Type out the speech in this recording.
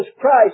Christ